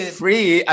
free